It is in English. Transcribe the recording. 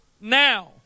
now